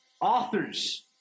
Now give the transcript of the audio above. authors